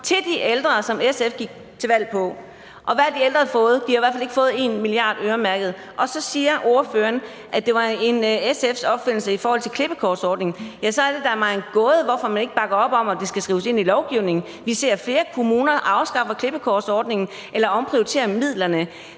til de ældre, som SF gik til valg på. Og hvad har de ældre fået? De har i hvert fald ikke fået 1 mia. kr. øremærket. Så siger ordføreren, at klippekortsordningen var en SF-opfindelse. Så er det da mig en gåde, hvorfor man ikke bakker op om, at det skal skrives ind i lovgivningen. Vi ser flere kommuner afskaffe klippekortsordningen eller omprioritere midlerne,